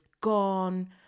gone